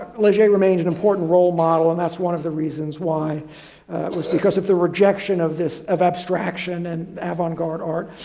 leger remains an important role model. and that's one of the reasons why was because of the rejection of this abstraction and avant garde art.